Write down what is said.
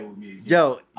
Yo